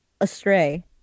astray